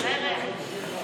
אני תמיד שמחה לעזור.